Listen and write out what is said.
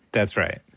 that's right.